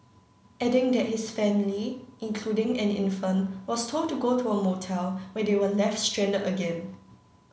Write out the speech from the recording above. adding that his family including an infant was told to go to a motel where they were left stranded again